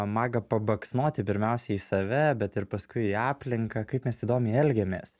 maga pabaksnoti pirmiausia į save bet ir paskui į aplinką kaip mes įdomiai elgiamės